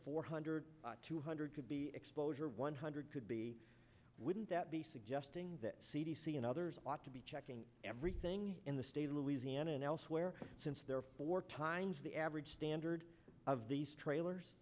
four hundred two hundred could be exposure one hundred could be wouldn't that be suggesting that c d c and others ought to be checking everything in the state of louisiana and elsewhere since there are four times the average standard of these trailers